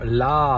la